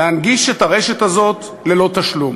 להנגיש את הרשת הזאת ללא תשלום.